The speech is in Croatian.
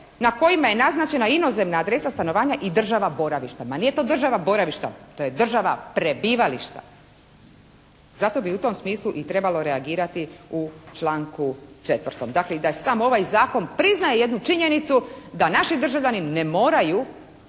«Na kojima je naznačena inozemna adresa stanovanja i država boravišta.» Ma nije to država boravišta. To je država prebivališta. Zato bi u tom smislu i trebalo reagirati u članku 4. Dakle i da sam ovaj Zakon priznaje jednu činjenicu da naši državljani ne moraju